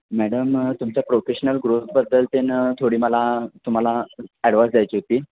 madam तुमच्या professional ग्रोथबद्दल त्यानं थोडी मला तुम्हाला ॲडवाइस द्यायची होती